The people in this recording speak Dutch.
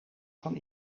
van